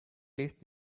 least